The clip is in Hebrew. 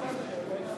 ניידת